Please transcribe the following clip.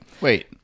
Wait